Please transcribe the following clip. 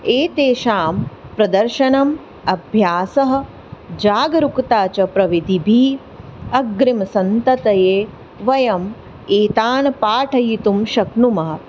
एतेषां प्रदर्शनम् अभ्यासः जागरूकता च प्रविधिभिः अग्रिमसन्ततये वयम् एतान् पाठयितुं शक्नुमः